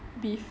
beef